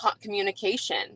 communication